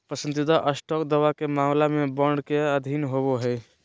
पसंदीदा स्टॉक दावा के मामला में बॉन्ड के अधीन होबो हइ